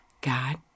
God